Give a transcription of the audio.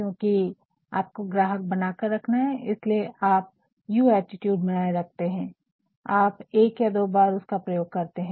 क्योकि आपको ग्राहक बनाकर रखना है इसलिए आप यू ऐटिटूड बनाये रखते है आप एक या दो बार उसका प्रयोग करते है